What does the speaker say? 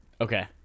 okay